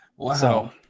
Wow